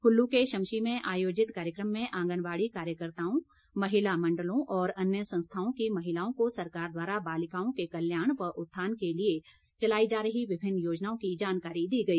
कुल्लू के शमशी में आयोजित कार्यक्रम में आंगनबाड़ी कार्यकर्ताओं महिला मण्डलों और अन्य संस्थाओं की महिलाओं को सरकार द्वारा बालिकाओं के कल्याण व उत्थान के लिए चलाई जा रही विभिन्न योजनाओं की जानकारी दी गई